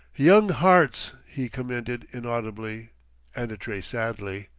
young hearts! he commented inaudibly and a trace sadly.